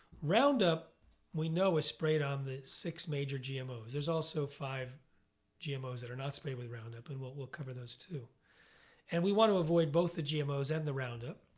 roundup we know is sprayed on the six major gmos. there's also five gmos that are not sprayed with roundup. and what we'll cover those too and we want to avoid both the gmos and the roundup.